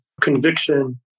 conviction